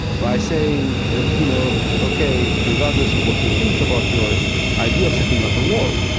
by saying that, you know, ok, regardless of what we think about your idea of setting up a wall,